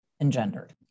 engendered